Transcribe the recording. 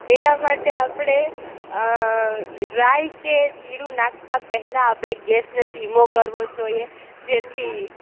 એના માટે આપણે રાઈ કે જીરું નાંખતા પહેલાં આપણે ગેસને ધીમો કરવો જોઈએ જેથી